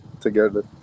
together